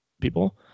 people